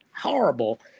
horrible